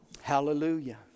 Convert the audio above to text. Hallelujah